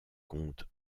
comte